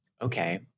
okay